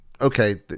okay